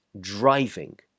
driving